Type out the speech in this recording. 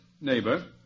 neighbor